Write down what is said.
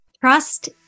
Trust